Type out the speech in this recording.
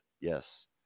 Yes